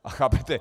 A chápete?